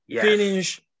finish